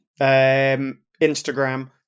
Instagram